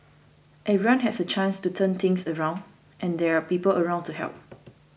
everyone has a chance to turn things around and there are people around to help